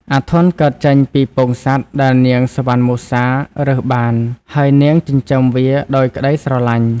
អាធន់ កើតចេញពីពងសត្វដែលនាងសុវណ្ណមសារើសបាន ហើយនាងចិញ្ចឹមវាដោយក្ដីស្រឡាញ់។